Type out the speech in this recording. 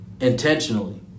intentionally